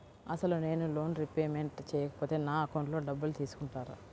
అసలు నేనూ loan repayment చేయకపోతే నా అకౌంట్లో డబ్బులు తీసుకుంటారా?